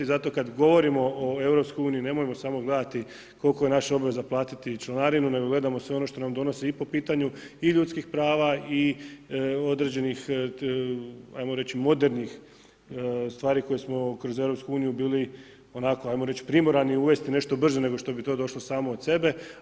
Zato kad govorimo o EU nemojmo samo gledati koliko je naša obaveza platiti članarinu, nego gledajmo sve ono što nam donosi i po pitanju i ljudskih prava i određenih ajmo reći, modernih stvari koje smo kroz EU bili onako, ajmo reći, bili primorani uvesti nešto brže nego što bi to došlo samo od sebe.